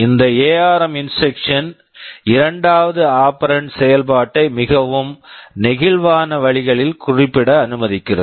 இந்த ARM ARM instruction instruction இரண்டாவது operand operand செயல்பாட்டை மிகவும் நெகிழ்வான வழிகளில் குறிப்பிட அனுமதிக்கிறது